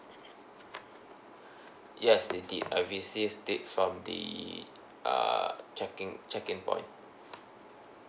yes they did I received thi~ from the uh check in check in point